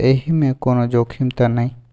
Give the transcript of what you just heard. एहि मे कोनो जोखिम त नय?